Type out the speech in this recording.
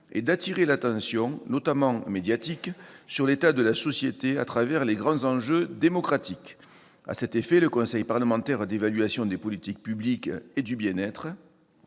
et d'attirer l'attention, notamment des médias, sur l'état de la société au travers des grands enjeux démocratiques. À cet effet, le conseil parlementaire d'évaluation des politiques publiques et du bien-être